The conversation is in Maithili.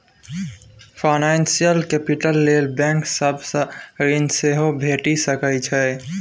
फाइनेंशियल कैपिटल लेल बैंक सब सँ ऋण सेहो भेटि सकै छै